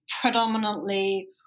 predominantly